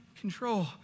control